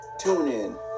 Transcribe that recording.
TuneIn